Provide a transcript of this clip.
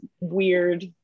weird